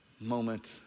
moment